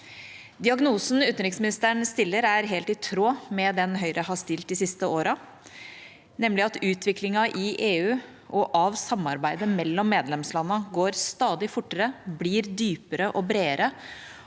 Diagnosen utenriksministeren stiller, er helt i tråd med den Høyre har stilt de siste årene, nemlig at utviklingen i EU og av samarbeidet mellom medlemslandene går stadig fortere, blir dypere og bredere